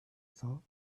thought